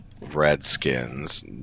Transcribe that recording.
Redskins